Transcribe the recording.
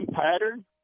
pattern